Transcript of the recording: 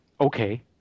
okay